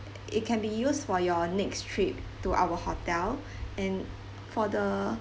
it can be used for your next trip to our hotel and for the